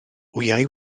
wyau